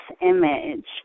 image